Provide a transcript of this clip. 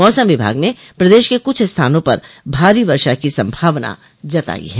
मौसम विभाग ने प्रदेश को कुछ स्थानों पर भारी वर्षा की संभावना जताई है